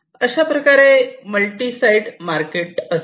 अशाप्रकारे multi side market असते